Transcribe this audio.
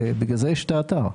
בשביל זה יש את האתר.